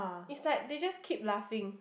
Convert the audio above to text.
it's like they just keep laughing